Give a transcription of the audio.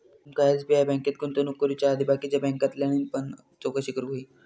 तुमका एस.बी.आय बँकेत गुंतवणूक करुच्या आधी बाकीच्या बॅन्कांतल्यानी पण चौकशी करूक व्हयी